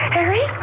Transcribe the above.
Harry